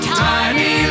tiny